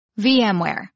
VMware